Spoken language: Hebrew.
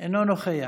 אינו נוכח.